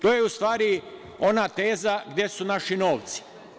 To je u stvari ona teza – gde su naši novci?